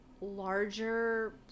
larger